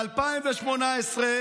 מי היה ראש הממשלה?